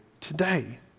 today